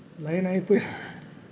line అయిపోయ